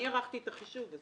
אני ערכתי את החישוב.